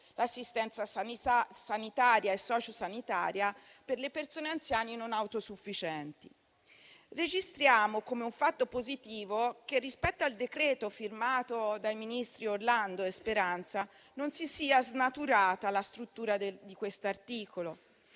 l'assistenza sanitaria e sociosanitaria per le persone anziane non autosufficienti. Registriamo come un fatto positivo che, rispetto al decreto firmato dai ministri Orlando e Speranza, non si sia snaturata la struttura di questo articolo